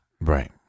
Right